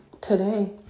Today